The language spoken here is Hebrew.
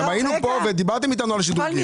גם היינו פה ודיברתם איתנו על שדרוגים.